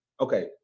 Okay